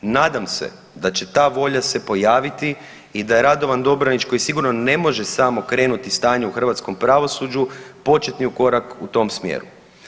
Nadam se da će ta volja se pojaviti i da je Radovan Dobranić koji sigurno ne može sam okrenuti stanje u hrvatskom pravosuđu počinio korak u tom smjeru.